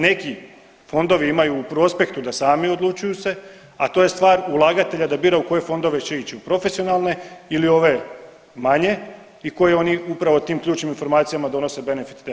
Neki fondovi imaju u prospektu da sami odlučuju se, a to je stvar ulagatelja da bira u koje fondove će ići u profesionalne ili ove manje i koje oni upravo u tim ključnim informacijama donose benefite.